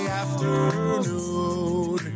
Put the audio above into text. afternoon